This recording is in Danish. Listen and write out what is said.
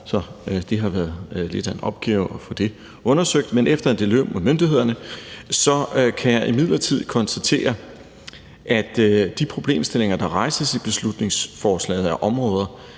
så det har været lidt af en opgave at få det undersøgt – kan jeg imidlertid konstatere, at de problemstillinger, der rejses i beslutningsforslaget, er områder,